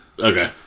Okay